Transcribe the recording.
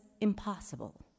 impossible